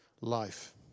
life